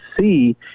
see